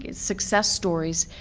yeah success stories.